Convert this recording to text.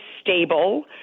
stable